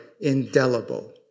indelible